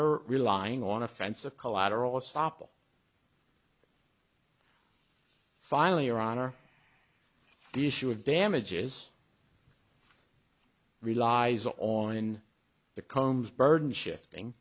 are relying on offensive collateral estoppel finally or on or the issue of damages relies on the combes burden shifting